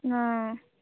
অঁ